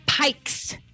Pikes